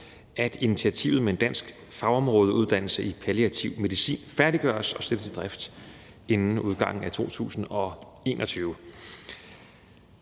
at initiativet med en dansk fagområdeuddannelse i palliativ medicin færdiggøres og sættes i drift inden udgangen af 2021.